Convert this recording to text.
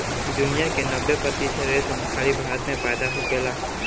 दुनिया के नब्बे प्रतिशत रेशम खाली भारत में पैदा होखेला